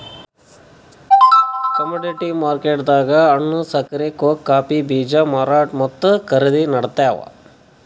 commodity ಮಾರ್ಕೆಟ್ದಾಗ್ ಹಣ್ಣ್, ಸಕ್ಕರಿ, ಕೋಕೋ ಕಾಫೀ ಬೀಜ ಮಾರಾಟ್ ಮತ್ತ್ ಖರೀದಿ ನಡಿತಾವ್